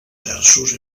terços